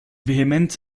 vehement